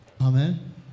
Amen